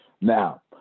Now